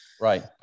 Right